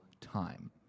time